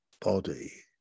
body